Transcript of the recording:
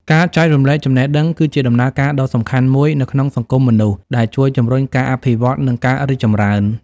ការចែករំលែកចំណេះដឹង គឺជាដំណើរការដ៏សំខាន់មួយនៅក្នុងសង្គមមនុស្ស ដែលជួយជំរុញការអភិវឌ្ឍ និងការរីកចម្រើន។